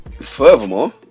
Furthermore